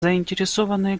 заинтересованные